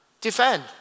defend